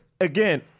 again